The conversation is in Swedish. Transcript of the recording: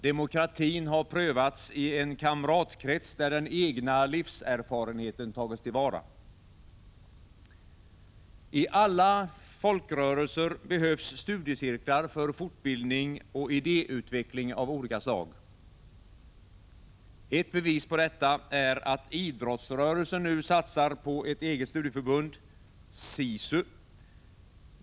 Demokratin har prövats i en kamratkrets där den egna livserfarenheten tagits till vara. I alla folkrörelser behövs studiecirkeln för fortbildning och idéutveckling av olika slag. Ett bevis på detta är att idrottsrörelsen nu satsar på ett eget studieförbund — SISU.